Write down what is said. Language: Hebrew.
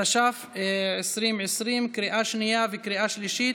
התש"ף 2020, לקריאה שנייה וקריאה שלישית.